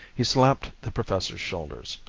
he slapped the professor's shoulders.